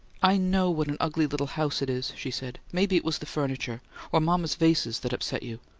i know what an ugly little house it is, she said. maybe it was the furniture or mama's vases that upset you.